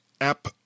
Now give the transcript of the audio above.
app